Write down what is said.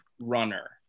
runner